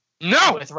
No